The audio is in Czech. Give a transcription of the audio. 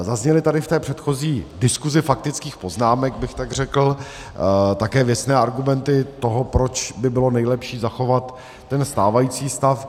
Zazněly tady v té předchozí diskusi faktických poznámek, bych tak řekl, také věcné argumenty toho, proč by bylo nejlepší zachovat ten stávající stav.